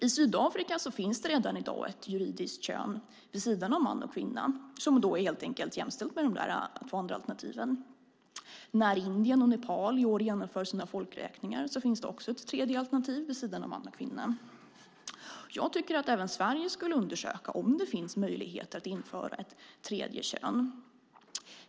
I Sydafrika finns redan i dag ett juridiskt kön vid sidan om man och kvinna som är jämställt med dessa två alternativ. När Indien och Nepal i år genomför sina folkräkningar finns det också ett tredje alternativ vid sidan av man och kvinna. Jag tycker att även Sverige borde undersöka om det finns möjligheter att införa ett tredje kön.